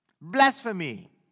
Blasphemy